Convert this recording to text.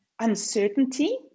uncertainty